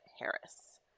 Harris